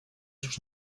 sus